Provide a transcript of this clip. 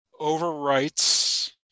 overwrites